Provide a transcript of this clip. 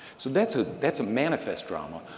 so that's ah that's a manifest drama,